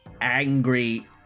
angry